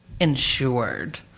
insured